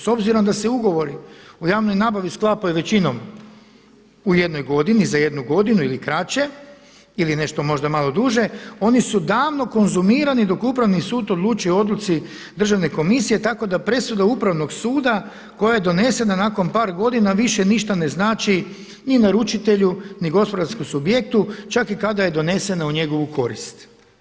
S obzirom da se ugovori o javnoj nabavi sklapaju većinom u jednoj godini, za jednu godinu ili kraće ili nešto možda malo duže oni su davno konzumirali dok Upravni sud odlučuje o odluci Državne komisije tako da presuda Upravnog suda koja je donesena nakon par godina više ništa ne znači ni naručitelju, ni gospodarskom subjektu čak i kada je donesena u njegovu korist.